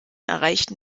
erreichten